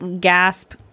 gasp